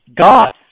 God